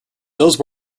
those